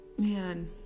man